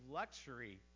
luxury